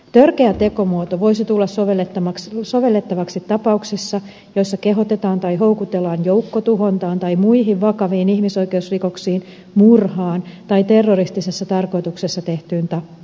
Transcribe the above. törkeä tekomuoto voisi tulla sovellettavaksi tapauksissa joissa kehotetaan tai houkutellaan joukkotuhontaan tai muihin vakaviin ihmisoikeusrikoksiin murhaan tai terroristisessa tarkoituksessa tehtyyn tappoon